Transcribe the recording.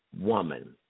woman